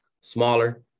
smaller